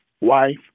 wife